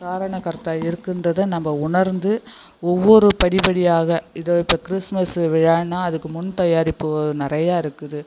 காரணகர்த்தா இருக்குன்றத நம்ப உணர்ந்து ஒவ்வொரு படிப்படியாக இதோ இப்போது கிறிஸ்மஸ் விழான்னால் அதுக்கு முன் தயாரிப்பு நிறையா இருக்குது